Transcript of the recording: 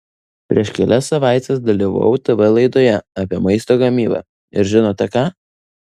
prieš kelias savaites dalyvavau tv laidoje apie maisto gamybą ir žinote ką